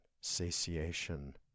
satiation